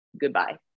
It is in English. Goodbye